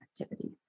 activity